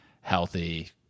healthy